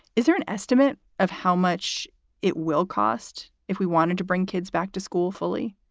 is there an estimate of how much it will cost if we wanted to bring kids back to school fully?